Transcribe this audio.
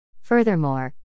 Furthermore